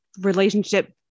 relationship